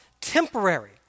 temporary